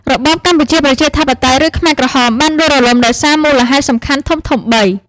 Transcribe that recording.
របបកម្ពុជាប្រជាធិបតេយ្យ ឬខ្មែរក្រហម បានដួលរលំដោយសារមូលហេតុសំខាន់ធំៗបី។